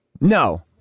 No